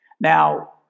Now